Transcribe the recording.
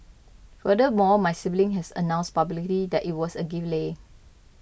furthermore my sibling had announced publicly that it was a gift Leh